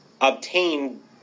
obtain